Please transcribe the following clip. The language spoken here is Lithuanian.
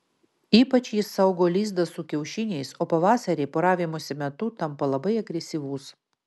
ypač jis saugo lizdą su kiaušiniais o pavasarį poravimosi metu tampa labai agresyvus